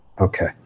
Okay